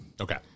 Okay